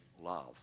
love